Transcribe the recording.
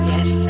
Yes